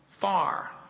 far